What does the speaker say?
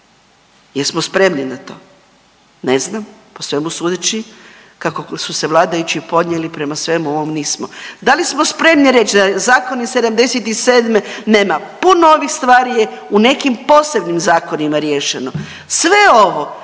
Jesmo spremni na to? Ne znam. Po svemu sudeći kako su se vladajući ponijeli prema svemu ovom nismo. Da li smo spremni reći da zakon iz '77. nema puno ovih stvari je u nekim posebnim zakonima riješeno. Sve ovo